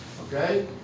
Okay